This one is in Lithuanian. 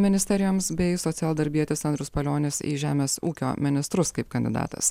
ministerijoms bei socialdarbietis andrius palionis į žemės ūkio ministrus kaip kandidatas